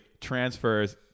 transfers